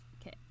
Okay